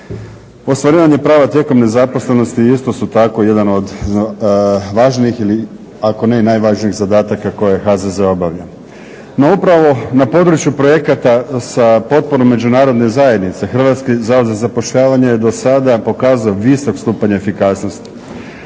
Ostvarivanje prava tijekom nezaposlenosti isto su tako jedan od važnijih ili ako ne i najvažnijih zadataka koje HZZ obavlja. No upravo na području projekata sa potporom Međunarodne zajednice HZZ je dosada pokazao visok stupanj efikasnosti.